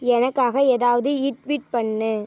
எனக்காக ஏதாவது ட்வீட் பண்ணு